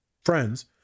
friends